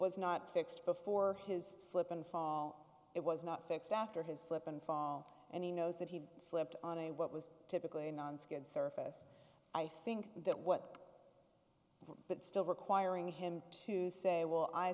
was not fixed before his slip and fall it was not fixed after his slip and fall and he knows that he slipped on a what was typically a non skin surface i think that what but still requiring him to say well i